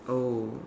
oh